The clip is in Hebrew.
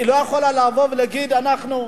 היא לא יכולה לבוא ולהגיד: אנחנו,